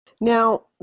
Now